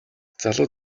залуу